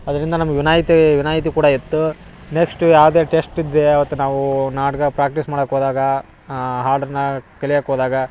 ಅದರಿಂದ ನಮ್ಗ ವಿನಾಯಿತೀ ವಿನಾಯಿತಿ ಕೂಡ ಇತ್ತು ನೆಕ್ಸ್ಟ್ ಯಾವುದೇ ಟೆಸ್ಟ್ ಇದ್ದರೆ ಆವತ್ತು ನಾವು ನಾಟಕ ಪ್ರಾಕ್ಟೀಸ್ ಮಾಡಕ್ಕೆ ಹೋದಾಗ ಹಾಡನ್ನ ಕಲಿಯೋಕೆ ಹೋದಾಗ